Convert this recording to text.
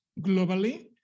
globally